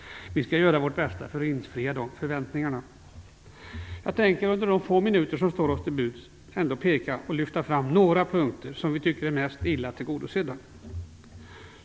Vi skall göra vårt bästa för att infria de förväntningarna. Jag tänker under de få minuter som står mig till buds försöka lyfta fram några av de punkter som vi anser vara sämst tillgodosedda.